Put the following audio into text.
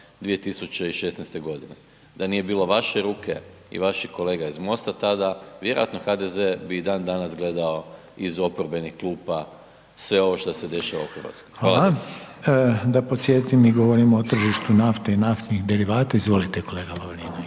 Da nije bilo vaše ruke i vaših kolega iz MOST-a tada, vjerojatno HDZ bi i dan danas gledao iz oporbenih klupa sve ovo što se dešava u Hrvatskoj. **Reiner, Željko (HDZ)** Hvala. Da podsjetim, mi govorimo o tržištu nafte i naftnih derivata. Izvolite kolega Lovrinović.